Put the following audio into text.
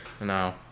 no